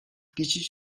geçiş